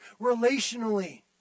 relationally